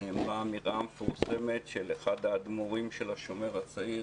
נאמרה האמירה המפורסמת של אחד האדמו"רים של השומר הצעיר,